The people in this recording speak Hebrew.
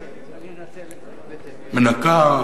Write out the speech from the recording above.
מנקה,